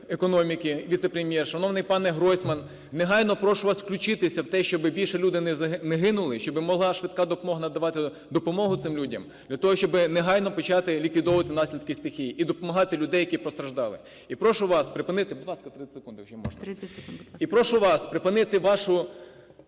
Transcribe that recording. економіки віце-прем'єр, шановний пане Гройсман, негайно прошу вас включитися в те, щоби більше люди не гинули, щоби могла швидка допомога надавати допомогу цим людям, для того щоб негайно почати ліквідовувати наслідки стихії і допомагати людям, які постраждали. І прошу вас припинити... Будь ласка, 30 секунд, якщо можна. ГОЛОВУЮЧИЙ. 30 секунд,